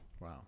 Wow